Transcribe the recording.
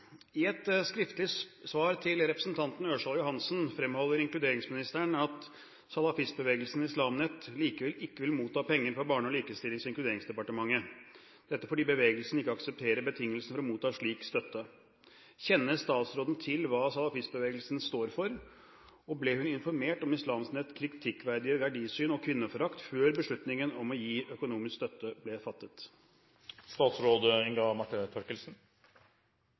et skriftlig svar til representanten Ørsal Johansen fremholder inkluderingsministeren at salafistbevegelsen Islam Net likevel ikke vil motta penger fra Barne-, likestillings- og inkluderingsdepartementet. Dette fordi bevegelsen ikke aksepterer betingelsene for å motta slik støtte. Kjenner statsråden til hva salafistbevegelsen står for, og ble hun informert om Islam Nets kritikkverdige verdisyn og kvinneforakt før beslutningen om å gi økonomisk støtte ble fattet?»